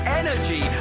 energy